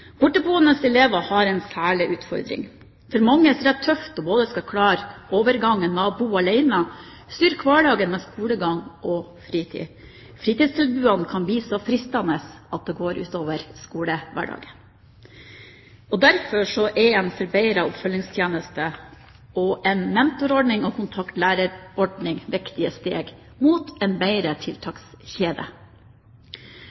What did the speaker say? Borteboende elever har en særlig utfordring. For mange er det tøft å skulle klare både å bo alene og å styre hverdagen med skolegang og fritid. Fritidstilbudene kan bli så fristende at det går ut over skolehverdagen. Derfor er en forbedret oppfølgingstjeneste, en mentorordning og en kontaktlærerordning viktige steg mot en bedre